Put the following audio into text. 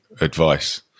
advice